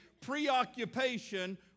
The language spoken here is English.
preoccupation